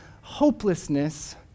hopelessness